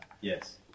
Yes